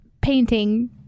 painting